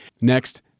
next